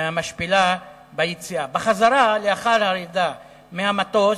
והמשפילה ביציאה, בחזרה, לאחר הירידה מהמטוס,